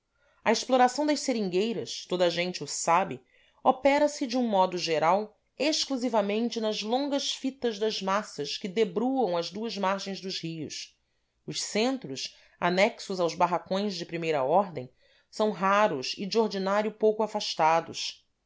a exploração das seringueiras toda a gente o sabe opera se de um modo geral exclusivamente nas longas fitas das massas que debruam as duas margens dos rios os centros anexos aos barracões de primeira ordem são raros e de ordinário pouco afastados